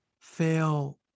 fail